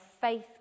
faith